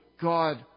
God